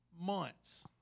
months